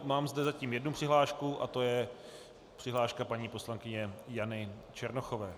Mám zde zatím jednu přihlášku a to je přihláška paní poslankyně Jany Černochové.